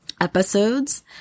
episodes